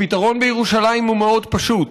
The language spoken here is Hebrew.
הפתרון בירושלים הוא מאוד פשוט: